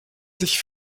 sich